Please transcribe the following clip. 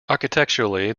architecturally